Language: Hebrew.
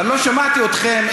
אבל לא שמעתי אתכם,